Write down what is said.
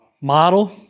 Model